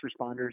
responders